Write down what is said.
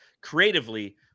creatively